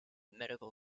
medical